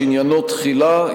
שעניינו תחילה,